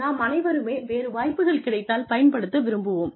நாம் அனைவருமே வேறு வாய்ப்புகள் கிடைத்தால் பயன்படுத்த விரும்புவோம்